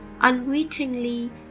unwittingly